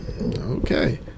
Okay